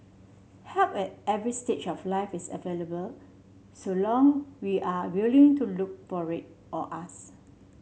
help at every stage of life is available so long we are willing to look for it or ask